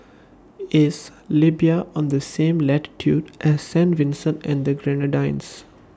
IS Libya on The same latitude as Saint Vincent and The Grenadines